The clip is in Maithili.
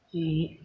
ई